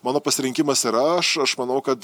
mano pasirinkimas yra aš aš manau kad